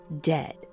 dead